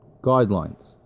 guidelines